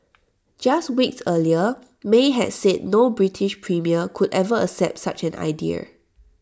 just weeks earlier may had said no British premier could ever accept such an idea